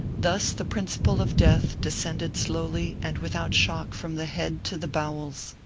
thus the principle of death descended slowly and without shock from the head to the bowels.